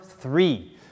three